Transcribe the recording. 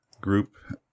group